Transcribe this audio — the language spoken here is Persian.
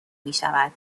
میشود